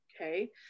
Okay